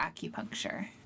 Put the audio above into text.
acupuncture